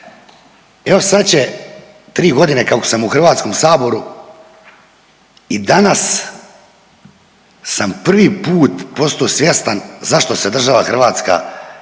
Evo sad će tri godine kako sam u Hrvatskom saboru i danas sam prvi put posto svjestan zašto se država Hrvatska